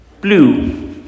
blue